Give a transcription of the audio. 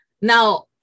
now